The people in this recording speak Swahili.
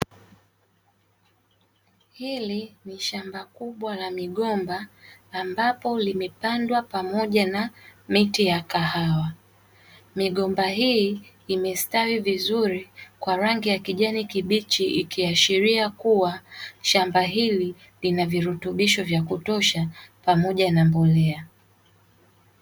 Hili ni shamba kubwa la migomba, ambapo limepandwa pamoja na miti ya kahawa. Migomba hii imestawi vizuri kwa rangi ya kijani kibichi, ikiashiria kuwa shamba hili lina virutubisho vya kutosha pamoja na mbolea.